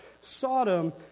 Sodom